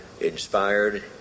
inspired